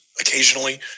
occasionally